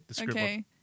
Okay